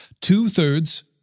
two-thirds